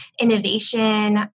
innovation